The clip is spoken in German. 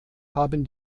haben